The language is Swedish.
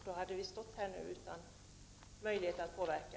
Då hade vi stått här nu utan möjlighet att påverka.